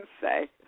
say